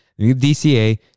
dca